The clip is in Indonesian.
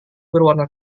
berwarna